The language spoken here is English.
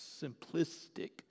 simplistic